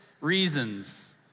reasons